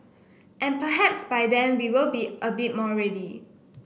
and perhaps by then we will be a bit more ready